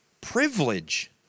privilege